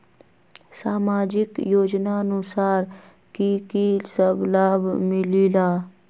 समाजिक योजनानुसार कि कि सब लाब मिलीला?